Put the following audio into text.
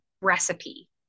recipe